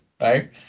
Right